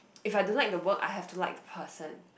if I do not in the work I have to like the person